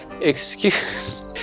Excuse